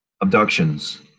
abductions